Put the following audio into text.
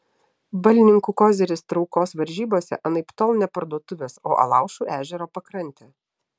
balninkų koziris traukos varžybose anaiptol ne parduotuvės o alaušų ežero pakrantė